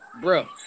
Bro